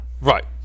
right